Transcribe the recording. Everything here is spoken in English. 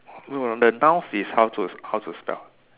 no the nouns is how to how to spell